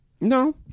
No